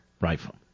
rifle